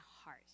heart